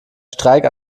streik